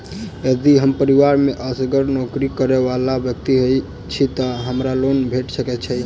यदि हम परिवार मे असगर नौकरी करै वला व्यक्ति छी तऽ हमरा लोन भेट सकैत अछि?